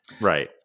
Right